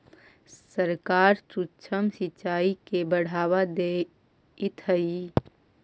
सरकार सूक्ष्म सिंचाई के बढ़ावा देइत हइ